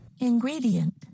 Ingredient